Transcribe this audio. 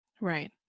Right